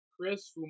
Chris